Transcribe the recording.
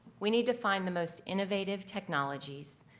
we need to find the most innovative technologies,